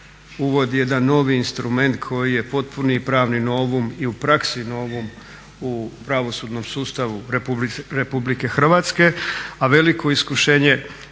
uvodi jedan novi instrument koji je potpuni i pravni novum i u praksi novum u pravosudnom sustavu RH, a veliko iskušenje